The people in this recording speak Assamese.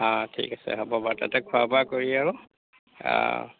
ঠিক আছে হ'ব বাৰু তাতে খোৱা বোৱা কৰি আৰু